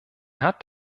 hat